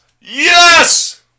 Yes